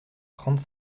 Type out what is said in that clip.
trente